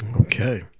Okay